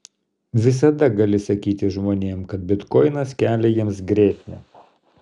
visada gali sakyti žmonėms kad bitkoinas kelia jiems grėsmę